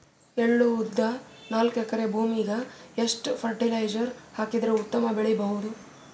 ಎಳ್ಳು, ಉದ್ದ ನಾಲ್ಕಎಕರೆ ಭೂಮಿಗ ಎಷ್ಟ ಫರಟಿಲೈಜರ ಹಾಕಿದರ ಉತ್ತಮ ಬೆಳಿ ಬಹುದು?